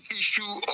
issue